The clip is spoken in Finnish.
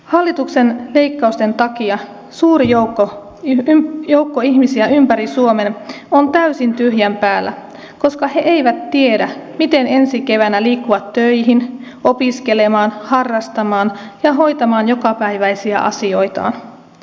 hallituksen leikkausten takia suuri joukko ihmisiä ympäri suomen on täysin tyhjän päällä koska he eivät tiedä miten ensi keväänä liikkuvat töihin opiskelemaan harrastamaan ja hoitamaan jokapäiväisiä asioitaan